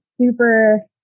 super